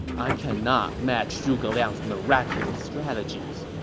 i cannot match zhuge liang's miraculous strategies!